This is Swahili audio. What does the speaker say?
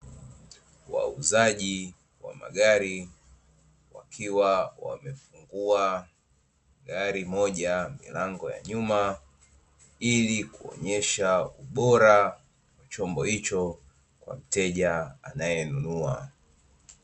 Wauzaji wa magari wakiwa wamefungua gari moja, milango ya nyuma, ili kuonyesha ubora wa chombo hicho kwa mteja anayenunua.